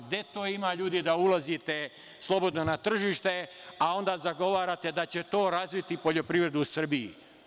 Gde to ima, ljudi, da ulazite slobodno na tržište, a onda zagovarate da će to razviti poljoprivredu u Srbiji?